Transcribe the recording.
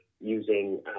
using